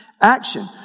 action